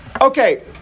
Okay